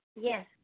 Yes